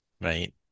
right